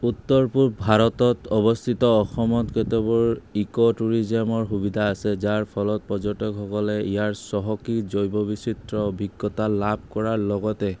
উত্তৰ পূৰ ভাৰতত অৱস্থিত অসমত কেটবোৰ ইক' টুৰিজিমৰ সুবিধা আছে যাৰ ফলত পৰ্যটকসকলে ইয়াৰ চহকী জৈৱ বৈচিত্ৰ অভিজ্ঞতা লাভ কৰাৰ লগতে